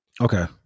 Okay